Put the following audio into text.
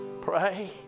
pray